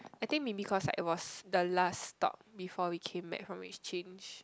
I think maybe cause like it was the last stop before we came back from exchange